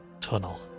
tunnel